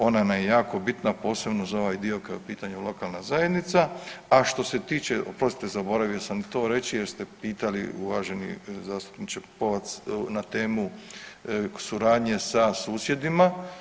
Ona nam je jako bitna posebno za onaj dio kada je u pitanju lokalna zajednica, a što se tiče, oprostite zaboravio sam to reći jer ste pitali uvaženi zastupniče Pupovac na temu suradnje sa susjedima.